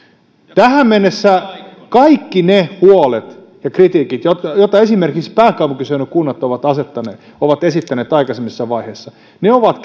tähän mennessä kaikki ne huolet ja kritiikit joita joita esimerkiksi pääkaupunkiseudun kunnat ovat esittäneet aikaisemmissa vaiheissa ovat